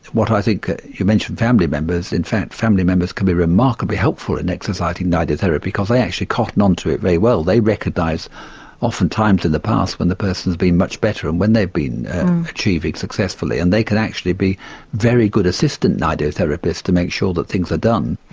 what i think you mentioned family members, in fact family members can be remarkably helpful in exercising nidotherapy because they actually cotton on to it very well. they recognise often times in the past when a person has been much better and when they've been achieving successfully and they can actually be very good assistant nidotherapists to make sure that things are done.